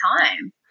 time